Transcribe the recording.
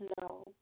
No